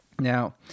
Now